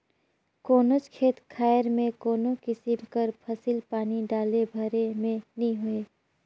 कोनोच खेत खाएर में कोनो किसिम कर फसिल पानी डाले भेर में नी होए